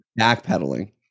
backpedaling